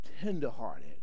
Tenderhearted